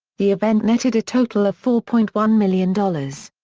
the event netted a total of four point one million dollars.